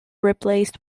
replaced